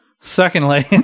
secondly